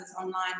online